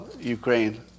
Ukraine